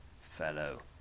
fellow